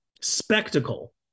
spectacle